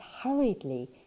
hurriedly